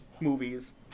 movies